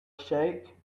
shake